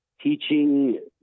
teaching